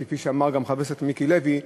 כפי שאמר גם חבר הכנסת מיקי לוי,